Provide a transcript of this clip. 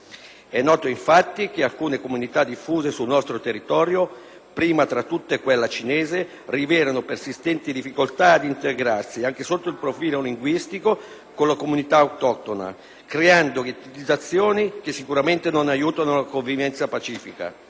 È noto, infatti, che alcune comunità diffuse sul nostro territorio, prima tra tutte quella cinese, rivelano persistenti difficoltà ad integrarsi anche sotto il profilo linguistico con la comunità autoctona, creando ghettizzazioni che sicuramente non aiutano la convivenza pacifica.